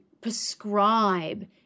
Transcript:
prescribe